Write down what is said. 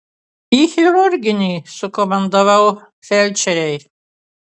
į chirurginį sukomandavau felčerei